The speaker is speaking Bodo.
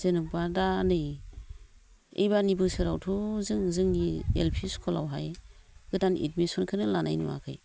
जेनेबा दा नै एबारनि बोसोरावथ' जों जोंनि एल पि स्खुलावहाय गोदान एदमिस'नखौनो लानाय नुवाखै